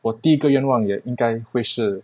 我第一个愿望也应该会是